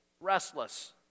restless